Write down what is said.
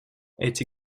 эти